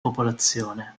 popolazione